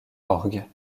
orgue